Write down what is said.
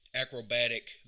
acrobatic